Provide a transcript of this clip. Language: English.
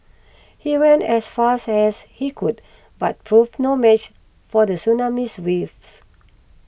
he ran as fast as he could but proved no match for the tsunamis waves